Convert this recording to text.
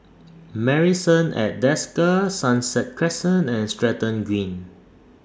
Marrison At Desker Sunset Crescent and Stratton Green